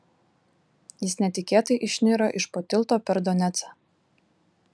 jis netikėtai išniro iš po tilto per donecą